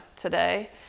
today